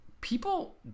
people